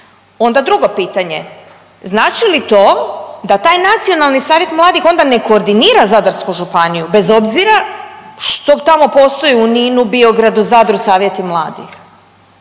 Onda drugo pitanje znači li to da taj Nacionalni savjet mladih onda ne koordinira Zadarsku županiju bez obzira što tamo postoji u Ninu, Biogradu, Zadru savjeti mladih.